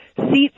seats